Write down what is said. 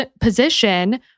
position